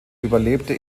überlebte